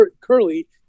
Curly